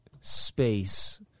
space